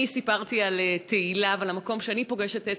אני סיפרתי על "תהילה" ועל המקום שאני פוגשת את